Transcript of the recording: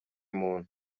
umuntu